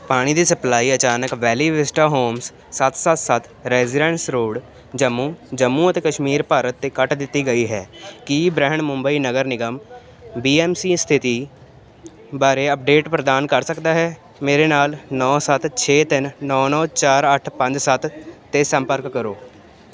ਪਾਣੀ ਦੀ ਸਪਲਾਈ ਅਚਾਨਕ ਵੈਲੀ ਵਿਸਟਾ ਹੋਮਸ ਸੱਤ ਸੱਤ ਸੱਤ ਰੈਜ਼ੀਡੈਂਸ ਰੋੜ ਜੰਮੂ ਜੰਮੂ ਅਤੇ ਕਸ਼ਮੀਰ ਭਾਰਤ ਤੇ ਕੱਟ ਦਿੱਤੀ ਗਈ ਹੈ ਕੀ ਬਰੈਹਣ ਮੁੰਬਈ ਨਗਰ ਨਿਗਮ ਬੀ ਐੱਮ ਸੀ ਸਥਿਤੀ ਬਾਰੇ ਅੱਪਡੇਟ ਪ੍ਰਦਾਨ ਕਰ ਸਕਦਾ ਹੈ ਮੇਰੇ ਨਾਲ ਨੌਂ ਸੱਤ ਛੇ ਤਿੰਨ ਨੌਂ ਨੌਂ ਚਾਰ ਅੱਠ ਪੰਜ ਸੱਤ 'ਤੇ ਸੰਪਰਕ ਕਰੋ